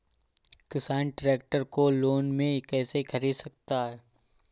किसान ट्रैक्टर को लोन में कैसे ख़रीद सकता है?